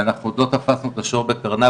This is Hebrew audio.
ואנחנו עוד לא תפסנו את השור בקרניו,